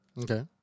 Okay